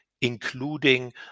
including